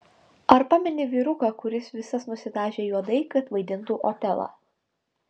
ar pameni vyruką kuris visas nusidažė juodai kad vaidintų otelą